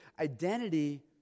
identity